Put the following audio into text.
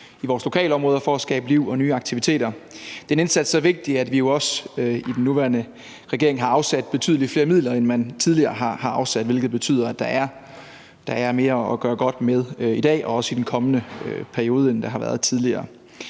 i vores lokalområder for at skabe liv og nye aktiviter. Det er en indsats, der er så vigtig, at vi jo også i den nuværende regering har afsat betydelig flere midler, end man tidligere har afsat, hvilket betyder, at der er mere at gøre godt med i dag og også i den kommende periode, end der har været tidligere.